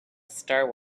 star